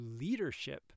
leadership